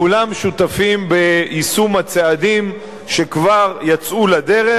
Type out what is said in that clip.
כולם שותפים ביישום הצעדים שכבר יצאו לדרך,